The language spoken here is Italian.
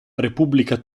repubblica